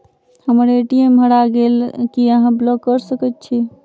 हम्मर ए.टी.एम हरा गेल की अहाँ ब्लॉक कऽ सकैत छी?